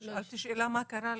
שאלתי שאלה מה קרה לאותם?